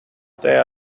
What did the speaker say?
they